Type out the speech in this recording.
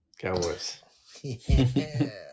Cowboys